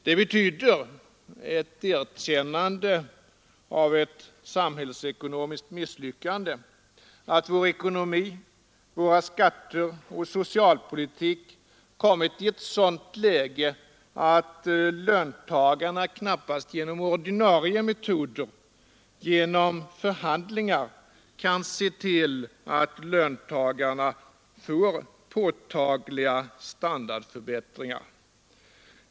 Det betyder ett erkännande av ett samhällsekonomiskt misslyckande, av att vår ekonomi, våra skatter och vår socialpolitik kommit i ett sådant läge att löntagarna knappast genom ordinarie metoder, genom förhandlingar, kan se till att de får påtagliga standardförbättringar.